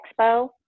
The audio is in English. expo